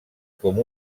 com